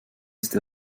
ist